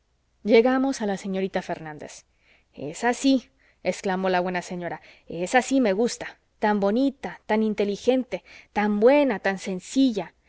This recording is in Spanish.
llegamos a la señorita fernández esa sí exclamó la buena señora esa sí me gusta tan bonita tan inteligente tan buena tan sencilla